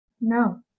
No